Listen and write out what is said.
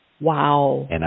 Wow